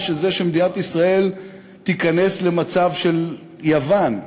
של זה שמדינת ישראל תיכנס למצב של יוון,